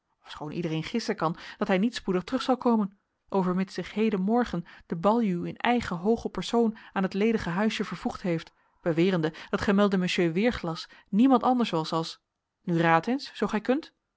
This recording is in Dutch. ofschoon iedereen gissen kan dat hij niet spoedig terug zal komen overmits zich hedenmorgen de baljuw in eigen hoogen persoon aan het ledige huisje vervoegd heeft bewerende dat gemelde monsieur weerglas niemand anders was als nu raad eens zoo gij kunt